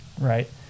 right